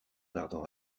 ardent